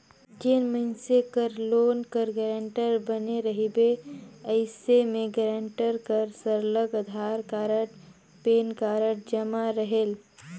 जेन मइनसे कर लोन कर गारंटर बने रहिबे अइसे में गारंटर कर सरलग अधार कारड, पेन कारड जमा रहेल